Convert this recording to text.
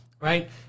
right